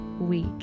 week